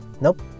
Nope